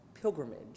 pilgrimage